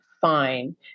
fine